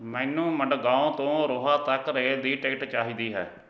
ਮੈਨੂੰ ਮਡਗਾਓਂ ਤੋਂ ਰੋਹਾ ਤੱਕ ਰੇਲ ਦੀ ਟਿਕਟ ਚਾਹੀਦੀ ਹੈ